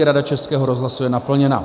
Rada Českého rozhlasu je naplněna.